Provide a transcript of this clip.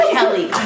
Kelly